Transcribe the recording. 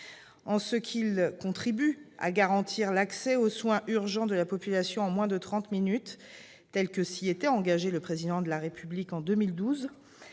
En ce qu'ils contribuent à garantir l'accès aux soins urgents de la population en moins de trente minutes, comme s'y était engagé le Président de la République en 2012,